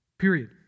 Period